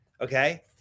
okay